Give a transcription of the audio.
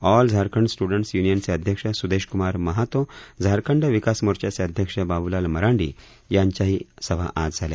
all Jharkhand students य्नियनचे अध्यक्ष स्देश क्मार महातो झारखंड विकास मोर्चाचे अध्यक्ष बाबूलाल मरांडी यांच्याही सभा आज झाल्या